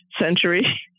century